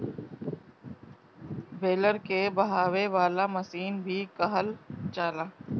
baler के बहावे वाला मशीन भी कहल जाला